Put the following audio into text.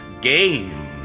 game